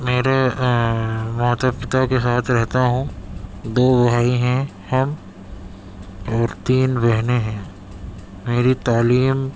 میرے ماتا پتا کے ساتھ رہتا ہوں دو بھائی ہیں اور اور تین بہنیں ہیں میری تعلیم